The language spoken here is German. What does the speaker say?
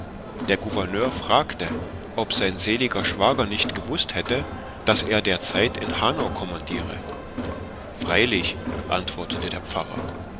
der gouverneur fragte ob sein sel schwager nicht gewußt hätte daß er derzeit in hanau kommandiere freilich antwortete der pfarrer